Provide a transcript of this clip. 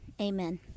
Amen